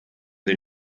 den